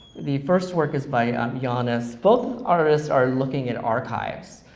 the first work is by um yeah ah jaanus. both artists are looking at archives.